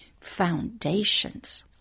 foundations